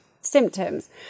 symptoms